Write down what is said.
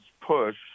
push